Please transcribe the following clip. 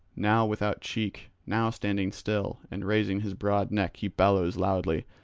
now without cheek, now standing still, and raising his broad neck he bellows loudly,